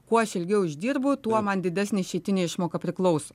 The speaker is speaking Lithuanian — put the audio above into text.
kuo aš ilgiau išdirbu tuo man didesnė išeitinė išmoka priklauso